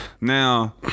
Now